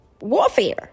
warfare